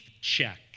check